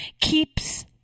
keeps